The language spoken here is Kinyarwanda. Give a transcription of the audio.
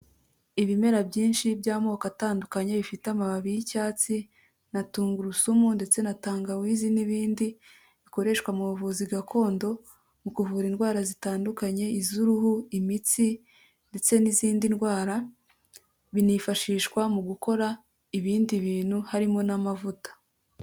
Ibimera byinshi by'amoko atandukanye, bifite amababi y'icyatsi, na tungurusumu, ndetse na tangawizi n'ibindi, bikoreshwa mu buvuzi gakondo, mu kuvura indwara zitandukanye, iz'uruhu, imitsi, ndetse n'izindi ndwara, binifashishwa mu gukora ibindi bintu, harimo n'amavuta.